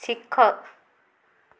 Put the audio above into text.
ଶିଖ